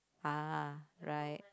ah right